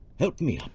help me